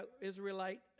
Israelite